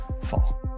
fall